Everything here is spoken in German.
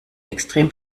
extrem